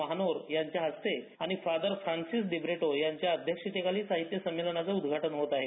महानोर यांच्या हस्ते आणि फादर फ्रान्सिस दिब्रिटो यांच्या अध्यक्षतेखाली साहित्य संमेलनाचे उद्घाटन होत आहे